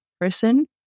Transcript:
person